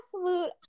absolute